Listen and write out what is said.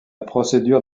procédure